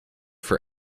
for